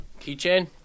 Keychain